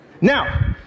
Now